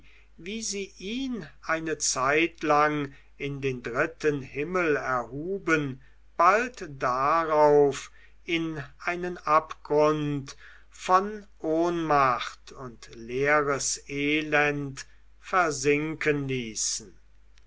wie sie ihn eine zeitlang in den dritten himmel erhuben bald darauf in einen abgrund von ohnmacht und leeres elend versinken ließen